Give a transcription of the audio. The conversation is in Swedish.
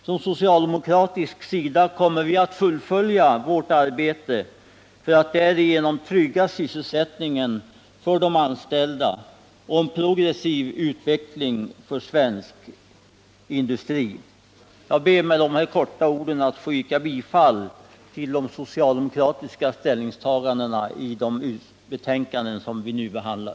Från socialdemokratisk sida kommer vi att fullfölja vårt arbete för att därigenom trygga sysselsättningen för de anställda och en progressiv utveckling för svensk industri. Jag ber med dessa ord att få yrka bifall till de socialdemokratiska ställningstagandena i de betänkanden som vi nu behandlar.